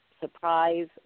surprise